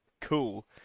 Cool